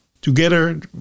Together